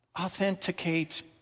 authenticate